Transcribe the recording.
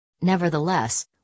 Nevertheless